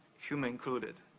human included.